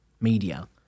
media